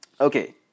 Okay